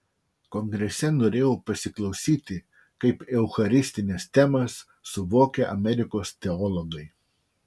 kongrese norėjau pasiklausyti kaip eucharistines temas suvokia amerikos teologai